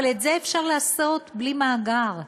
אבל את זה אפשר לעשות בלי מאגר.